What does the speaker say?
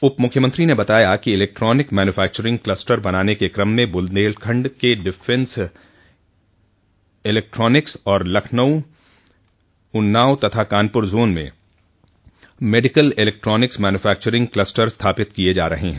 उप मुख्यमंत्री ने बताया कि इलेक्ट्रॉनिक मैन्यूफक्चरिंग कलस्टर बनाने के कम में बुदेलखंड में डिफेंस इलेक्ट्रॉनिक्स और लखनऊ उन्नाव तथा कानपुर जोन में मेडिकल इलेक्ट्रॉनिक्स मैन्यूफैक्वरिंग कलस्टर स्थापित किये जा रहे हैं